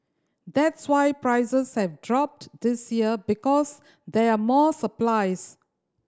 that's why prices have dropped this year because there are more supplies